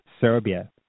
Serbia